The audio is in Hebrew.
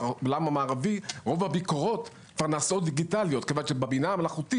בעולם המערבי רוב הביקורות כבר נעשות דיגיטליות כיוון שבבינה המלאכותית